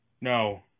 No